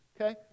okay